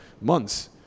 months